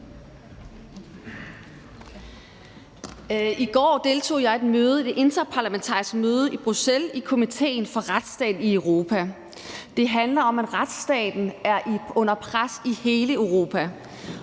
I går deltog jeg i et interparlamentarisk møde i Bruxelles i komitéen for retsstaten i Europa. Det handlede om, at retsstaten er under pres i hele Europa.